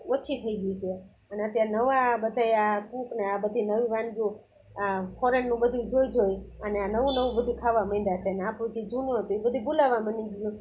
ઓછી થઈ ગઈ છે અને અત્યારે નવા બધાય આ કૂકને આ બધી નવી વાનગીઓ આ ફોરેનનું બધું જોઈ જોઇ અને આ નવું નવું બધું ખાવા માંડ્યા છે ને આપણું જે જૂનું હતું એ બધુંય ભુલાવા માંડી ગયું